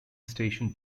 station